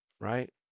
Right